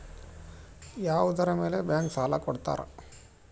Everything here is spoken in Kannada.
ಯಾವುದರ ಮೇಲೆ ಬ್ಯಾಂಕ್ ಸಾಲ ಕೊಡ್ತಾರ?